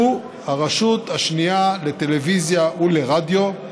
והוא הרשות השנייה לטלוויזיה ולרדיו,